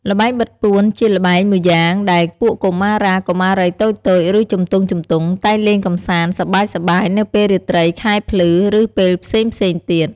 ល្បែងបិទពួន ជាល្បែងមួយយ៉ាងដែលពួកកុមារា កុមារីតូចៗ ឬ ជំទង់ៗតែងលេងកំសាន្ត សប្បាយៗនៅពេលរាត្រីខែភ្លឺ ឬ ពេលផ្សេងៗទៀត។